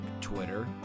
Twitter